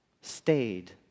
stayed